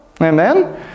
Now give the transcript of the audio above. Amen